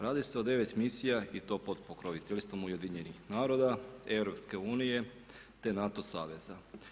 Radi se 9 misija i to pod pokroviteljstvom UN-a, EU-a te Nato saveza.